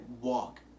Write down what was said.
walk